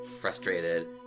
frustrated